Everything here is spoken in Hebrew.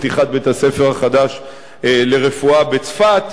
פתיחת בית-הספר החדש לרפואה בצפת,